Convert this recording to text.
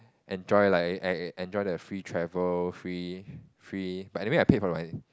enjoy like I enjoy the free travel free free but anyway I paid for my